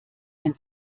wenn